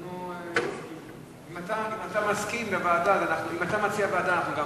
אם אתה מציע ועדה, אנחנו מסכימים.